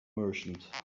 merchant